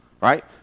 Right